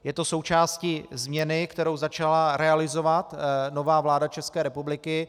Je to součástí změny, kterou začala realizovat nová vláda České republiky.